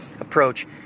approach